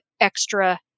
extra